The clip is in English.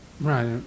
Right